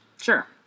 Sure